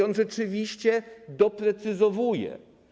On rzeczywiście to doprecyzowuje.